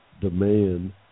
demand